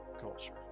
Culture